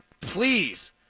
please